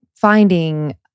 finding